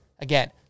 Again